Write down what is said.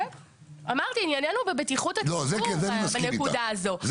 אמרתי עניינינו בבטיחות הציבור בנקודה הזו.